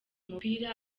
umupira